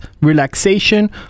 relaxation